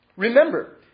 Remember